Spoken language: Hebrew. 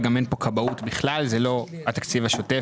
גם אין פה כבאות בכלל זה לא התקציב השוטף,